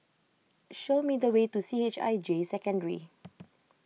show me the way to C H I J Secondary